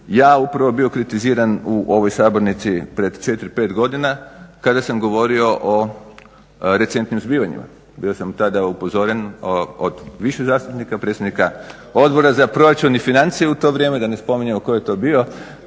ja upravo bio kritiziran u ovoj sabornici pred 4, 5 godina kada sam govorio o recentnim zbivanjima. Bio sam tada upozoren od više zastupnika, predsjednika Odbora za proračun i financije u to vrijeme, da ne spominjem tko je to bio,